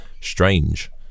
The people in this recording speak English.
strange